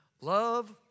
Love